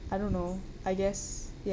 I don't know I guess ya